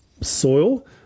soil